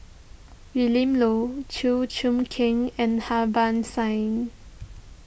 Willin Low Chew Choo Keng and Harbans Singh